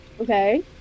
Okay